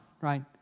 Right